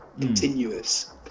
continuous